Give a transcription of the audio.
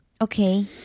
Okay